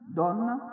donna